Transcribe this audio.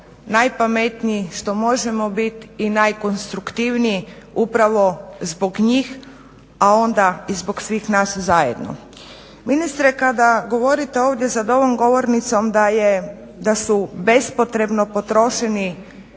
najpametniji što možemo bit i najkonstruktivniji upravo zbog njih, a onda i zbog svih nas zajedno. Ministre kada govorite ovdje za ovom govornicom da su bespotrebno potrošeni